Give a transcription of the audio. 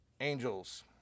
angels